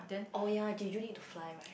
oh yea Jeju need to fly right